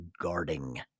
guarding